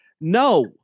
No